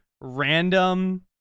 random